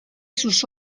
sus